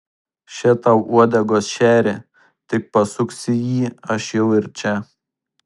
še tau uodegos šerį tik pasuksi jį aš jau ir čia